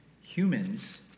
humans